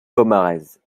pomarez